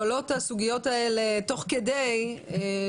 האנשים גם כאשר עולות הסוגיות האלה תוך כדי הדיון.